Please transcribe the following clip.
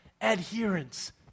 adherence